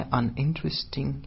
uninteresting